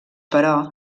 però